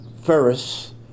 Ferris